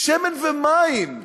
שמן ומים,